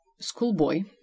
schoolboy